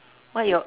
what your